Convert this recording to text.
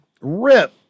Rip